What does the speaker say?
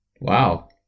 Wow